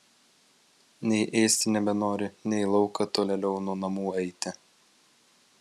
nei ėsti nebenori nei į lauką tolėliau nuo namų eiti